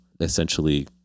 essentially